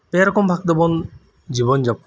ᱯᱮ ᱨᱚᱠᱚᱢ ᱵᱷᱟᱜᱽ ᱛᱮᱵᱚᱱ ᱡᱤᱵᱚᱱ ᱡᱟᱯᱚᱱᱟ